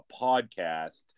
podcast